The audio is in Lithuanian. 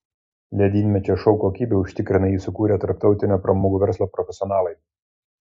ledynmečio šou kokybę užtikrina jį sukūrę tarptautinio pramogų verslo profesionalai